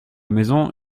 maison